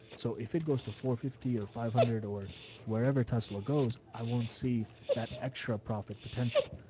so if it goes to four fifty or five hundred or wherever tusla goes, i won't see that extra profit potential.